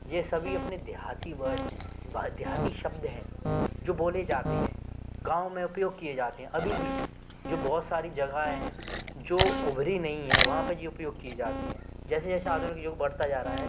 ये सभी अपने देहाती वर्ड देहाती शब्द हैं जो बोले जाते हैं गाँव में उपयोग किए जाते हैं अभी भी जो बहुत सारी जगहें हैं जो उभरी नही हैं वहाँ पर ये उपयोग किए जाते हैं जैसे जैसे आधुनिक युग बढ़ता जा रहा है